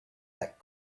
that